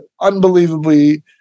unbelievably